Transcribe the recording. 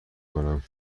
کنم